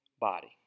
body